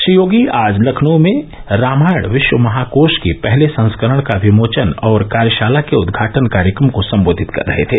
श्री योगी आज लखनऊ में रामायण विश्व महाकोश के पहले संस्करण का विमोचन और कार्यशाला के उदघाटन कार्यक्रम को सम्बोधित कर रहे थे